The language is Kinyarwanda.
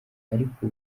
ariko